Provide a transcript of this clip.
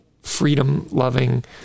freedom-loving